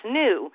new